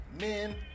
Men